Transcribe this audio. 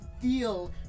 feel